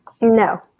No